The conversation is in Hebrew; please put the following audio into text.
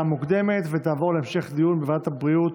הראשונה ותעבור להמשך דיון בוועדת הבריאות